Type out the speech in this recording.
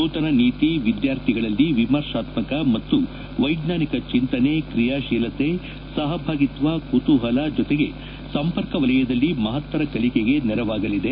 ನೂತನ ನೀತಿ ವಿದ್ಯಾರ್ಥಿಗಳಲ್ಲಿ ವಿಮರ್ಶಾತ್ಮಕ ಮತ್ತು ವೈಜ್ಞಾನಿಕ ಚಿಂತನೆ ಕ್ರಿಯಾಶೀಲತೆ ಸಹಭಾಗಿತ್ವ ಕುತೂಹಲ ಜೊತೆಗೆ ಸಂಪರ್ಕ ವಲಯದಲ್ಲಿ ಮಹತ್ತರ ಕಲಿಕೆಗೆ ನೆರವಾಗಲಿದೆ